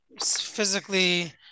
physically